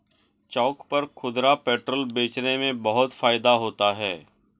चौक पर खुदरा पेट्रोल बेचने में बहुत फायदा होता है